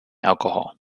alcohol